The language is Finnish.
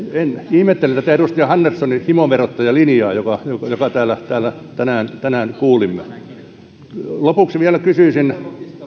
ihmettelen tätä edustaja anderssonin himoverottajalinjaa jonka täällä tänään tänään kuulimme lopuksi vielä kysyisin